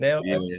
now